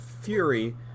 fury